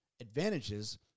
advantages